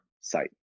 site